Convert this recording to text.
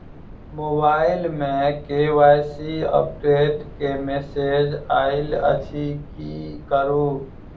Mobile मे KYC update केँ message आइल अछि की करू?